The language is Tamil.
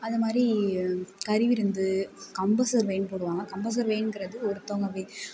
அது மாதிரி கறி விருந்து கம்ப சர்வைனு போடுவாங்க கம்ப சர்வைங்கிறது ஒருத்தங்கள் வே